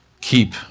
keep